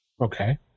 Okay